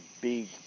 big